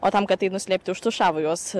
o tam kad tai nuslėpti užtušavo juos